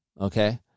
okay